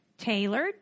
Tailored